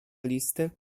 listy